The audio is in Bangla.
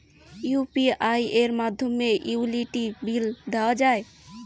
ইউ.পি.আই এর মাধ্যমে কি ইউটিলিটি বিল দেওয়া যায়?